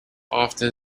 often